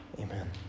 Amen